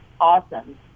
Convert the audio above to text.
awesome